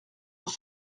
pour